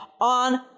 on